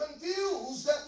Confused